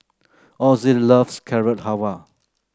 Azzie loves Carrot Halwa